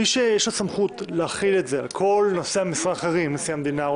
מי שיש לו סמכות להחיל את זה על כל נושאי המשרה האחרים: נשיא המדינה,